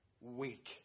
weak